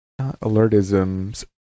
Alertisms